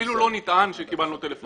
אפילו לא נטען שקיבלנו טלפון.